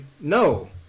No